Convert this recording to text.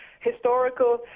historical